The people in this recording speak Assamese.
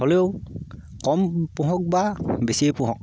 হ'লেও কম পোহক বা বেছিয়ে পোহক